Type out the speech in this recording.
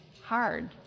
hard